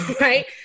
right